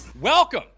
Welcome